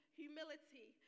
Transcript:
humility